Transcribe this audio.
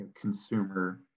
consumer